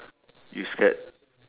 you scared